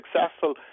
successful